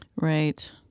right